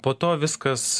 po to viskas